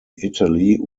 italy